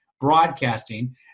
broadcasting